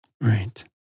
Right